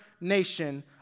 nation